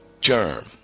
germ